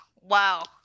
Wow